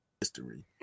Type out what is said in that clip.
history